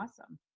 awesome